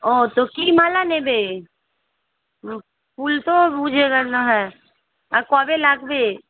ও তো কী মালা নেবে ফুল তো পুজার জন্য হ্যাঁ আর কবে লাগবে